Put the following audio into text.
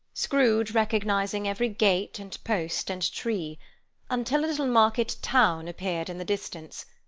scrooge recognising every gate, and post, and tree until a little market-town appeared in the distance,